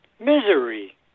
misery